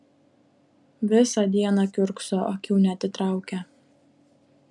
visą dieną kiurkso akių neatitraukia